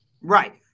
Right